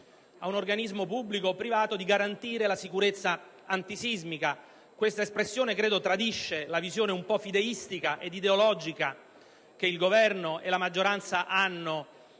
ad un organismo pubblico o privato di garantire la sicurezza antisismica. Si tratta di un'espressione che tradisce la visione un po' fideistica e ideologica che il Governo e la maggioranza hanno